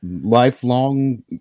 lifelong